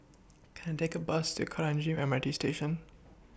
Can I Take A Bus to Kranji M R T Station